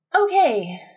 Okay